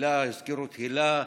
הזכירו את היל"ה,